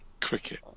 cricket